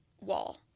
wall